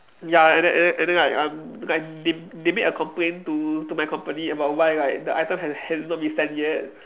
ya and then and then and then like um like they they make a complaint to to my company about why like the item has has not been sent yet